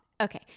Okay